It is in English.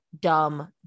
dumb